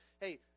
Hey